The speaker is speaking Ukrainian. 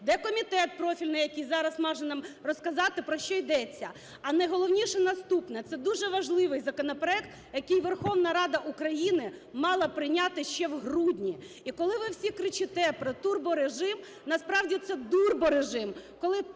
Де комітет профільний, який зараз може нам розказати, про що йдеться? А найголовніше наступне, це дуже важливий законопроект, який Верховна Рада України мала прийняти ще в грудні. І коли ви всі кричите про турборежим, насправді, це дурборежим,